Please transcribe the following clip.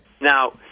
Now